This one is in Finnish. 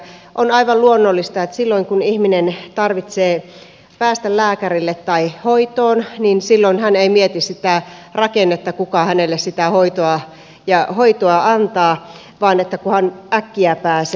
on aivan luonnollista että silloin kun ihmisen tarvitsee päästä lääkärille tai hoitoon niin hän ei mieti sitä rakennetta kuka hänelle sitä hoitoa antaa vaan sitä että kunhan äkkiä pääsee